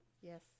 Yes